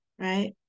Right